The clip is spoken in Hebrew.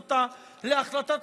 ג'ובים,